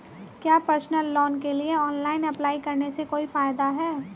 क्या personal loan के लिए ऑनलाइन अप्लाई करने से कोई फायदा है?